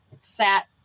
sat